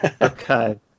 Okay